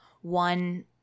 one